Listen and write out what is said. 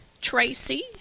Tracy